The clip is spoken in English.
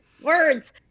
words